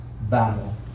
battle